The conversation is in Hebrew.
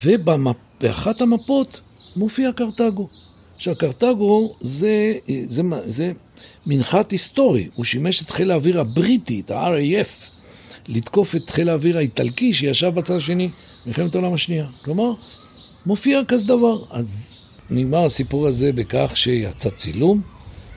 באחת המפות מופיעה קרטאגו. עכשיו, קרטאגו זה אההה זה מ זה מנחת היסטורי. הוא שימש את חיל האוויר הבריטי, את ה-RAF, לתקוף את חיל האוויר האיטלקי שישב בצד השני, במלחמת העולם השנייה. כלומר, מופיע כזה דבר. אז נגמר הסיפור הזה בכך שיצא צילום.